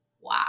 Wow